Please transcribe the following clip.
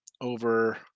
over